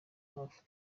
hafi